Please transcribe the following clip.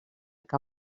que